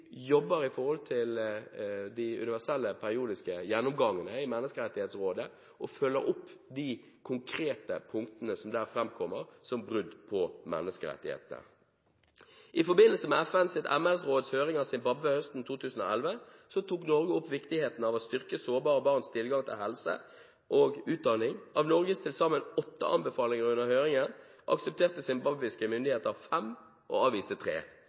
jobber ut fra de universelle periodiske gjennomgangene i Menneskerettighetsrådet og følger opp de konkrete punktene som framkommer der, som f.eks. brudd på menneskerettighetene. I forbindelse med FNs MR-råds høring av Zimbabwe høsten 2011 tok Norge opp viktigheten av å styrke sårbare barns tilgang til helse og utdanning. Av Norges til sammen åtte anbefalinger under høringen aksepterte zimbabwiske myndigheter fem og avviste tre.